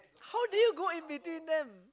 how did you in between them